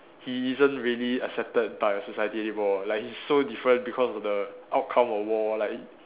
he isn't really accepted by society anymore like he's so different because of the outcome of war like